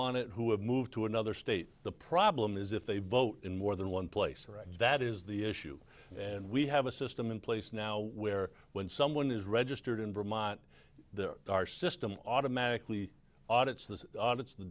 on it who have moved to another state the problem is if they vote in more than one place right that is the issue and we have a system in place now where when someone is registered in vermont there are system automatically audits this audits the